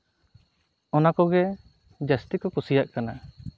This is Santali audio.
ᱚᱱᱟ ᱠᱚᱜᱮ ᱡᱟ ᱥᱛᱤ ᱠᱚ ᱠᱩᱥᱤᱭᱟᱜ ᱠᱟᱱᱟ